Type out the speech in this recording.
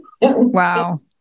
Wow